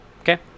Okay